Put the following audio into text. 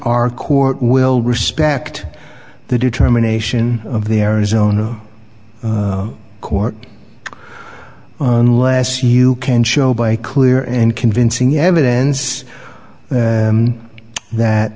our court will respect the determination of the arizona court unless you can show by clear and convincing evidence that